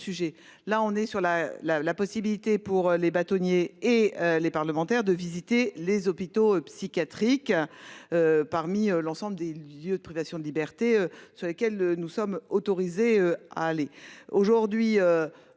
aujourd'hui : la possibilité pour les bâtonniers et les parlementaires de visiter les hôpitaux psychiatriques parmi l'ensemble des lieux de privation de liberté dans lesquels nous sommes autorisés à pénétrer. Ce débat